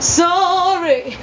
sorry